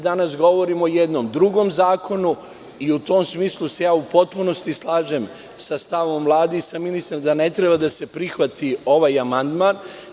Danas govorimo o jednom drugom zakonu i u tom smislu se u potpunosti slažem sa stavom Vlade i mislim da ne treba da se prihvati ovaj amandman.